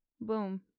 Boom